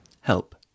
help